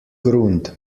grund